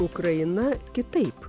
ukraina kitaip